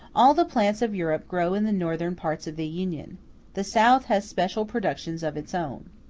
all the plants of europe grow in the northern parts of the union the south has special productions of its own.